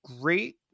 great